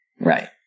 Right